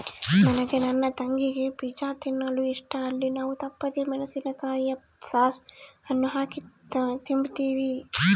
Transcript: ನನಗೆ ನನ್ನ ತಂಗಿಗೆ ಪಿಜ್ಜಾ ತಿನ್ನಲು ಇಷ್ಟ, ಅಲ್ಲಿ ನಾವು ತಪ್ಪದೆ ಮೆಣಿಸಿನಕಾಯಿಯ ಸಾಸ್ ಅನ್ನು ಹಾಕಿ ತಿಂಬ್ತೀವಿ